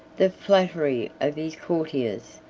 the flattery of his courtiers,